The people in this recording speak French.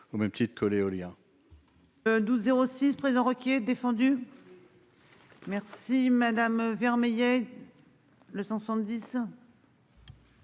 au même titre que l'éolien.--